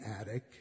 attic